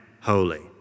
holy